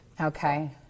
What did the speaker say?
Okay